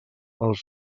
els